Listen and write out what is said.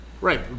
Right